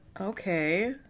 okay